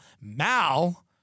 Mal